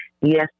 yes